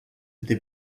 été